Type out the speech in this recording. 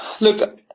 Look